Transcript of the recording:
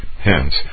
Hence